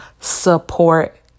Support